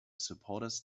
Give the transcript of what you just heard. supporters